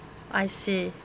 I see